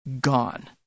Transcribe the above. gone